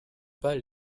pas